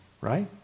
right